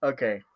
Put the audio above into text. Okay